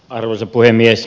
arvoisa puhemies